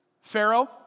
Pharaoh